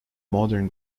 modern